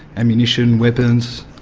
ammunition, weapons.